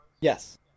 Yes